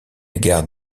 gare